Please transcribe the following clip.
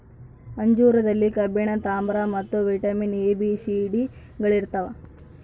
ಅಂಜೂರದಲ್ಲಿ ಕಬ್ಬಿಣ ತಾಮ್ರ ಮತ್ತು vitamin A B C D ಗಳಿರ್ತಾವ